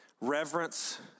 reverence